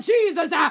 Jesus